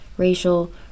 racial